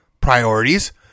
priorities